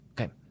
Okay